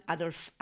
Adolf